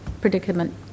predicament